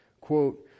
quote